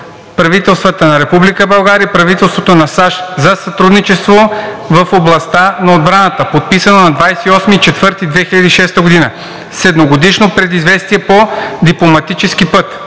правителството на Република България и правителството на САЩ за сътрудничество в областта на отбраната, подписано на 28 април 2006 г., с едногодишно предизвестие по дипломатически път.